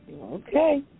Okay